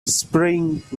springt